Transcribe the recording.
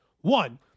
One